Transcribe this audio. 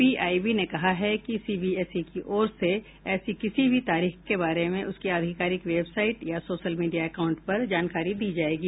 PIB ने कहा है कि सीबीएसई की ओर से ऐसी किसी भी तारीख के बारे में उसकी आधिकारिक वेबसाइट या सोशल मीडिया एकाउंट पर जानकारी दी जायेगी